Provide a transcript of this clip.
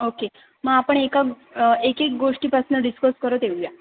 okay मग आपण एका एक एक गोष्टीपासनं डिस्कस करत येऊया